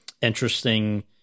interesting